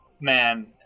man